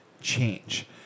change